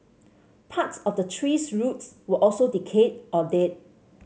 parts of the tree's roots were also decayed or dead